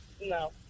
No